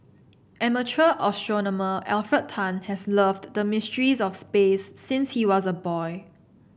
amateur astronomer Alfred Tan has loved the mysteries of space since he was a boy